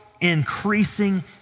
increasing